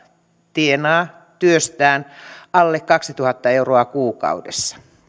tienaa työstään alle kaksituhatta euroa kuukaudessa